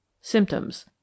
Symptoms